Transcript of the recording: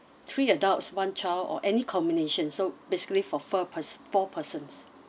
three adults one child or any combination so basically for four four persons